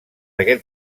aquest